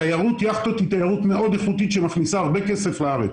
תיירות יכטות היא תיירות מאוד איכותית שמכניסה הרבה כסף לארץ.